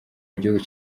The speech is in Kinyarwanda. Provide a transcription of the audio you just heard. igihugu